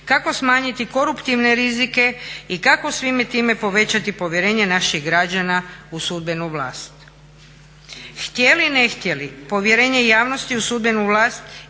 kako smanjiti koruptivne rizike i kako svime time povećati povjerenje naših građana u sudbenu vlast. Htjeli ne htjeli povjerenje javnosti u sudbenu vlast